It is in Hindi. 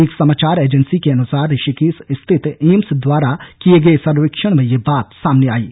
एक समाचार एजेंसी के अनुसार ऋषिकेश स्थित एम्स द्वारा किए गए सर्वेक्षण में यह बात सामने आई है